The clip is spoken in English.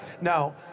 Now